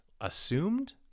assumed